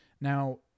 now